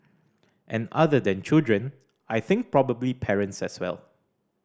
and other than children I think probably parents as well